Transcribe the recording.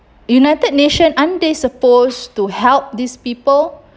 united nation aren't they supposed to help these people